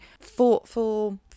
thoughtful